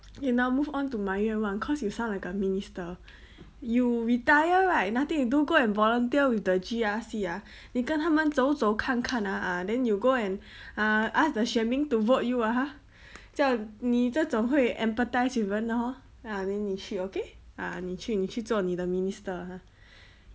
eh now move on to my 愿望 cause you sound like a minister you retire right nothing to do go and volunteer with the G_R_C ah 你跟他们走走看看 ah ah then you go and uh ask the 选民 to vote you ah !huh! 像你这总会 empathise with 人的 hor ya then 你去 okay ah 你去你去做你的 minister ah !huh!